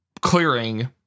clearing